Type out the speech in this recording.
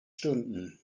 stunden